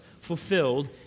fulfilled